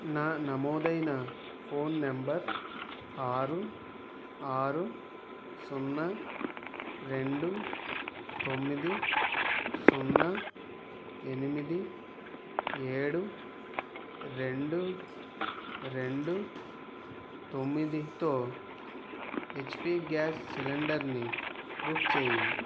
నా నమోదైన phone number ఆరు ఆరు సున్నా రెండు తొమ్మిది సున్నా ఎనిమిది ఏడు రెండు రెండు తొమ్మిదితో హెచ్పీ గ్యాస్ సిలిండర్ని బుక్ చేయి